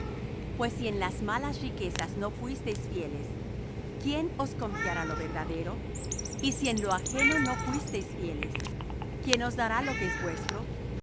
pues si en las malas riquezas no fuísteis fieles quién os confiará lo verdadero y si en lo ajeno no fuisteis fieles quién os dará lo que es vuestro